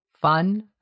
fun